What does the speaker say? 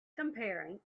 comparing